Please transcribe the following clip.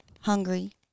hungry